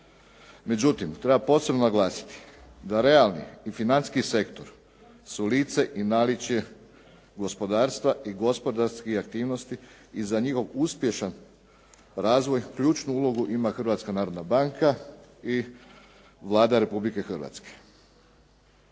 Međutim, treba posebno naglasiti da realni i financijski sektor su lice i naličje gospodarstva i gospodarskih aktivnosti i za njihov uspješan razvoj ključnu ulogu ima Hrvatska narodna banka i Vlada Republike Hrvatske.